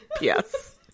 Yes